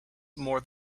more